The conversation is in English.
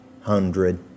hundred